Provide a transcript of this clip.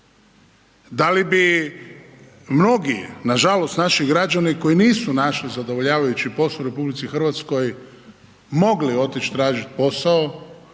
Da li bi mnogi nažalost naši građani koji nisu našli zadovoljavajući posao u RH mogli otići tražiti posao?